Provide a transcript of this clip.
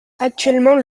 actuellement